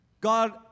God